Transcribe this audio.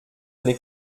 n’est